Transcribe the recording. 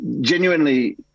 genuinely